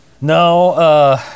No